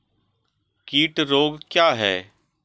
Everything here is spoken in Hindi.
कीट रोग क्या है?